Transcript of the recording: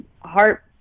heart